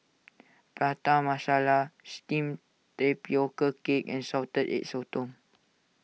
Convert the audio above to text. Prata Masala Steamed Tapioca Cake and Salted Egg Sotong